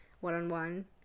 one-on-one